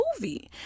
movie